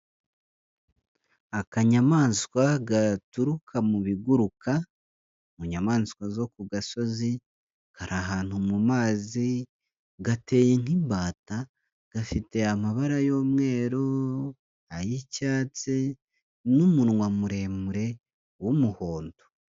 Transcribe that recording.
Akanyamaswa gaturuka mu biguruka, mu nyamaswa zo ku gasozi, kari ahantu mu maz,i gateye nk'imbata, gafite amabara y'umweru, ay'icyatsi n'umunwa muremure w'umuhondo.